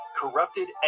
corrupted